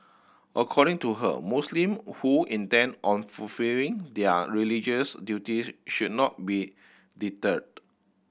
according to her Muslim who intend on fulfilling their religious duties should not be deterred